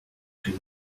she